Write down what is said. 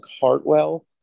Hartwell